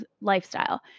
lifestyle